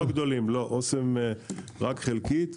באופן חלקי.